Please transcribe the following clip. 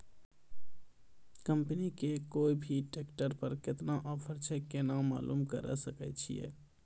Company के कोय भी ट्रेक्टर पर केतना ऑफर छै केना मालूम करऽ सके छियै?